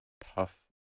puff